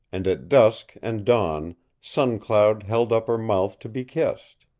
and at dusk and dawn sun cloud held up her mouth to be kissed.